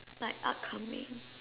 night not coming